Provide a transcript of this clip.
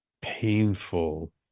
painful